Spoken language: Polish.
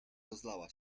rozlała